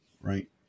right